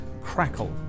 crackle